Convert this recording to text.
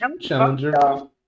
Challenger